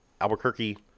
Albuquerque